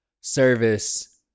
service